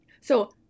So-